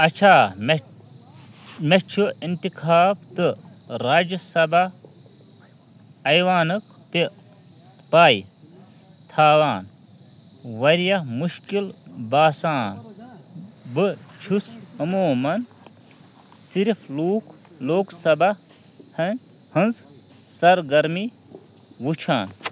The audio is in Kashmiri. اچھا مےٚ مےٚ چھُ اِنتخاب تہٕ راجیہ سبھا آیوانُک تہِ پَے تھاوان واریاہ مُشکِل باسان بہٕ چھُس عموٗماً صِرِف لوٗک لوک سبھا ہٕنٛز سرگرمی وٕچھان